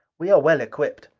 we are well equipped.